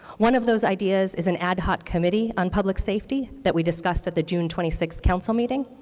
one of those ideas is an ad hoc committee on public safety that we discussed at the june twenty sixth council meeting.